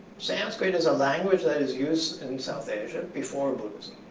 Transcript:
sanskrit is a language that is used in south asia before buddhism.